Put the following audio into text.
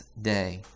day